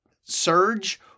surge